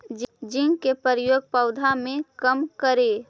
Zinc के प्रयोग पौधा मे कब करे?